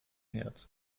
herz